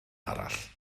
arall